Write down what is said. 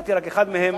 והזכרתי רק אחד מהם,